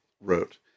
wrote